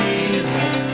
Jesus